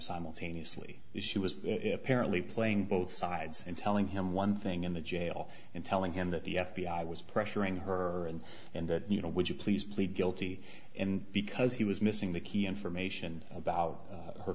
simultaneously that she was apparently playing both sides and telling him one thing in the jail and telling him that the f b i was pressuring her and and that you know would you please plead guilty and because he was missing the key information about her